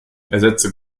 ersetze